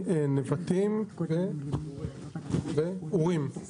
נבטים ואורים.